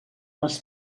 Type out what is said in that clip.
les